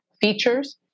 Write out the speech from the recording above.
features